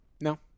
No